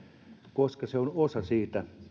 koska se on osa siitä